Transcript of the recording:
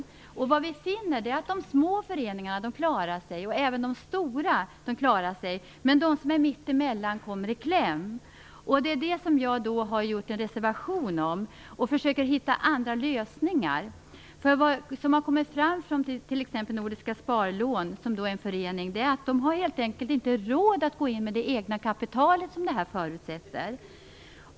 Vad vi finner är att de små föreningarna klarar sig liksom även de stora. Men de som ligger däremellan kommer i kläm. Det är därför som jag har avgett en reservation för att försöka hitta andra lösningar. Det har t.ex. framkommit av Nordiskt sparlån att man där helt enkelt inte har råd att gå in med det egna kapital som förslaget förutsätter.